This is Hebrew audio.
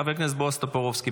חבר הכנסת בועז טופורובסקי,